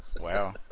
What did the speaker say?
Wow